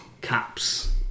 Caps